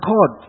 God